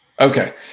Okay